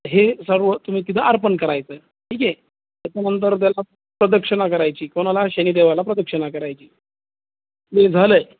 हे सर्व तुम्ही तिथं अर्पण करायचं ठीक आहे त्याच्यानंतर त्याला प्रदक्षिणा करायची कोणाला शनिदेवाला प्रदक्षिणा करायची ते झालं आहे